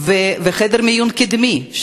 חדר מיון קדמי,